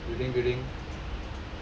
building building